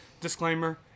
Disclaimer